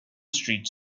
street